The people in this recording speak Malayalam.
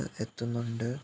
എത്തുന്നുണ്ട്